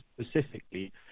specifically